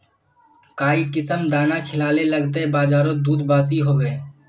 काई किसम दाना खिलाले लगते बजारोत दूध बासी होवे?